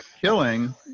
killing